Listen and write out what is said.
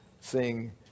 seeing